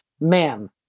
Ma'am